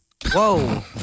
Whoa